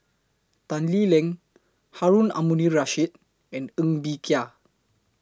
Tan Lee Leng Harun Aminurrashid and Ng Bee Kia